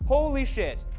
holy shit!